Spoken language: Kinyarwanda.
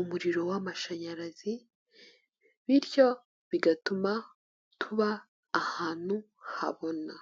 umuriro w'amashanyarazi bityo bigatuma tuba ahantu habona.